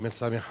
אם יצאה מחאה,